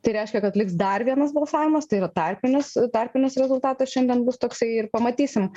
tai reiškia kad liks dar vienas balsavimas tai yra tarpinis tarpinis rezultatas šiandien bus toksai ir pamatysim